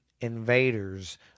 invaders